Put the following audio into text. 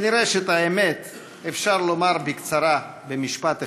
נראה שאת האמת אפשר לומר בקצרה, במשפט אחד.